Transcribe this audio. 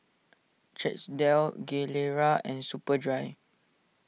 Chesdale Gilera and Superdry